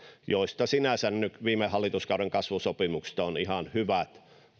ja sinänsä viime hallituskauden kasvusopimuksista on ihan hyvät